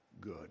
good